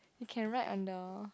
you can write on the